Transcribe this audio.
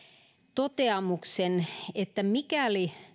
toteamuksen että mikäli